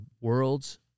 world's